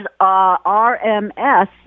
RMS